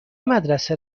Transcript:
مدرسه